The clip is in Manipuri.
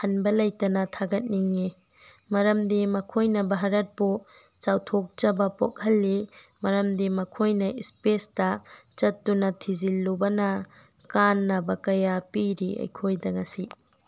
ꯍꯟꯕ ꯂꯩꯇꯅ ꯊꯥꯒꯠꯅꯤꯡꯉꯤ ꯃꯔꯝꯗꯤ ꯃꯈꯣꯏꯅ ꯚꯥꯔꯠꯄꯨ ꯆꯥꯎꯊꯣꯛꯆꯕ ꯄꯣꯛꯍꯜꯂꯤ ꯃꯔꯝꯗꯤ ꯃꯈꯣꯏꯅ ꯏꯁꯄꯦꯁꯇ ꯆꯠꯇꯨꯅ ꯊꯤꯖꯤꯜꯂꯨꯕꯅ ꯀꯥꯟꯅꯕ ꯀꯌꯥ ꯄꯤꯔꯤ ꯑꯩꯈꯣꯏꯗ ꯉꯁꯤ